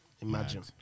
Imagine